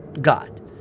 God